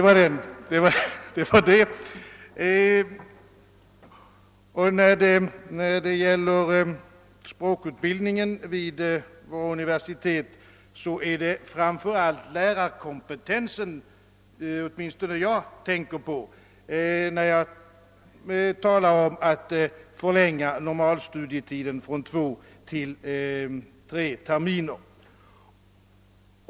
Vad sedan gäller språkutbildningen vid våra universitet är det framför allt lärarkompetensen som åtminstone jag tänker på, när jag talar om att förlänga normalstudietiden från två till tre terminer.